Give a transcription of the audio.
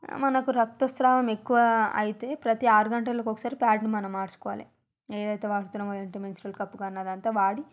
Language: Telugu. మనకు రక్తస్రావం ఎక్కువా అయితే ప్రతీ ఆరు గంటలకొకసారి ప్యాడ్ను మనం మార్చుకోవాలే ఏదయితే వాడుతున్నామో అది మెన్సురల్ కప్పుగాని అదంతా వాడి